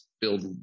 build